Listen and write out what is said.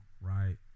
right